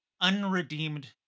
unredeemed